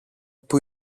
που